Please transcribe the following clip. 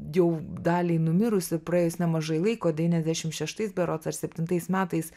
jau daliai numirus ir praėjus nemažai laiko devyniasdešim šeštais berods ar septintais metais